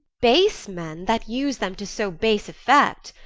base men that use them to so base effect!